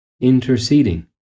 interceding